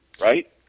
right